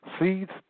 seeds